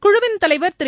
குழுவின் தலைவர் திரு